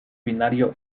binario